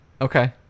Okay